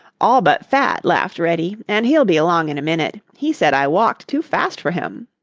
all but fat, laughed reddy, and he'll be along in a minute. he said i walked too fast for him.